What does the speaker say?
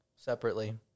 separately